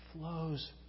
flows